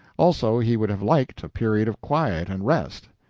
also he would have liked a period of quiet and rest,